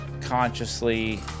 consciously